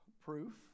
proof